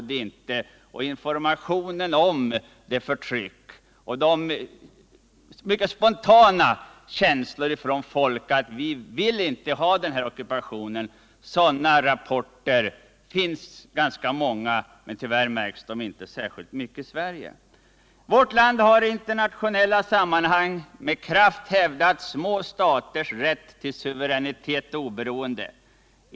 Det finns ganska många rapporter om förtrycket och om de känslor som tar sig mycket spontana uttryck hos folk som säger att de inte vill ha denna ockupation, men tyvärr märks de inte särskilt mycket i Sverige. Vårt land har i internationella sammanhang med kraft hävdat små staters rätt till suveränitet och oberoende.